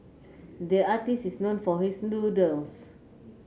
the artist is known for his doodles